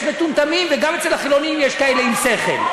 מטומטמים וגם אצל החילונים יש כאלה עם שכל,